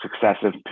successive